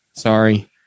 sorry